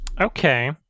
okay